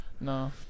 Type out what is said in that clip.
No